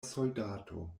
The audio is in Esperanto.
soldato